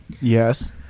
Yes